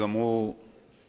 שגם הוא דוקטור.